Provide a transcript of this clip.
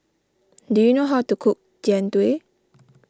do you know how to cook Jian Dui